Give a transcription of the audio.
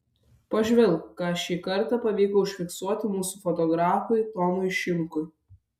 pažvelk ką šį kartą pavyko užfiksuoti mūsų fotografui tomui šimkui